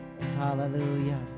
hallelujah